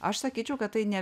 aš sakyčiau kad tai ne